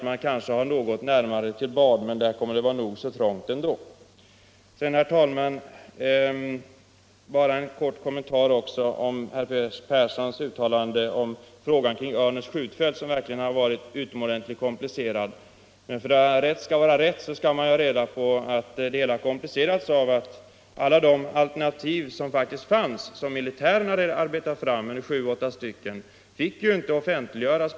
Man kanske får något närmare till bad, men där kommer det att vara nog så trångt. Sedan, herr talman, bara en kort kommentar också till herr Perssons uttalande om frågan kring Örnäs skjutfält, som verkligen har varit utomordentligt besvärlig. Men för att rätt skall vara rätt skall man ha reda på att det hela har komplicerats av att alla de sju eller åtta alternativ som faktiskt fanns, som militären hade arbetat fram, inte fick offentliggöras.